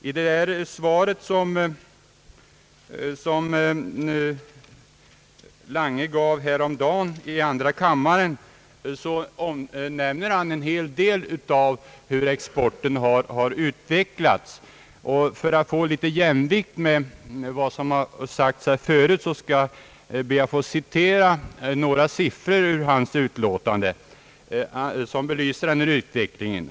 I det svar som herr Lange gav häromdagen i andra kammaren nämner han en hel del om hur exporten har utvecklats. För att få litet jämnvikt med anledning av vad som har sagts här förut skall jag be att få citera några siffror ur hans utlåtande som belyser denna utveckling.